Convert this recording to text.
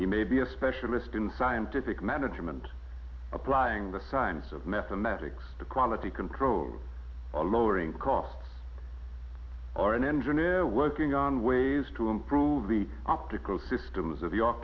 he may be a specialist in scientific management applying the science of mathematics to quality control on motoring costs or an engineer working on ways to improve the optical systems of your